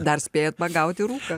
dar spėjot pagauti rūką